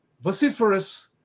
vociferous